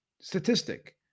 statistic